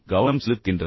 கண்கள் என்ன செய்கின்றன